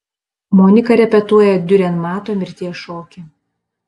monika repetuoja diurenmato mirties šokį